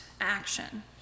action